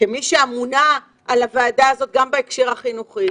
כמי שאמונה על הוועדה הזאת גם בהקשר החינוכי,